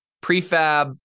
prefab